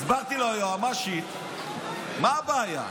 הסברתי ליועמ"שית מה הבעיה.